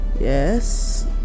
yes